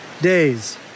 days